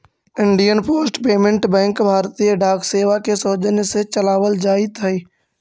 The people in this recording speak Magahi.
इंडियन पोस्ट पेमेंट बैंक भारतीय डाक सेवा के सौजन्य से चलावल जाइत हइ